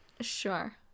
Sure